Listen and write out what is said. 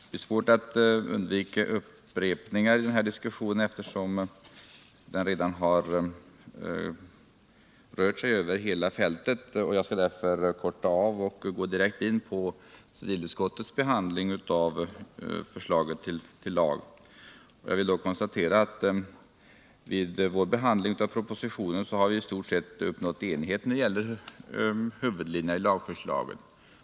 Det är svårt att undvika upprepningar i diskussionen, eftersom den redan har spänt över hela fältet. Jag skall därför korta av mitt anförande och gå direkt in på civilutskottets behandling av lagförslaget. Jag vill därvid konstatera att det vid vår behandling av propositionen i stort sett rätt enighet om huvudlinjerna i lagförslaget.